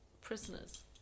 prisoners